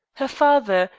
her father,